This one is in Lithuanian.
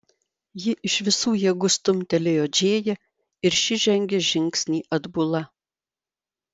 ji iš visų jėgų stumtelėjo džėją ir ši žengė žingsnį atbula